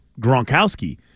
Gronkowski